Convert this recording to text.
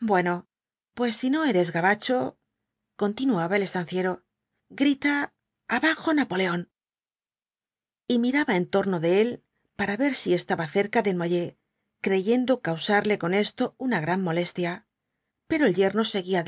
bueno pues si no eres gabacho continuaba el estanciero grita abajo napoleón y miraija en torno de él para ver si estaba cerca desnoyers creyendo causarle con esto una gran molestia pero el yerno seguía